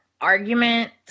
argument